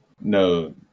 No